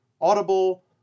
Audible